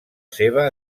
seva